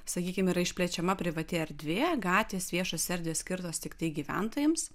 sakykime yra išplečiama privati erdvė gatvės viešos erdvės skirtos tiktai gyventojams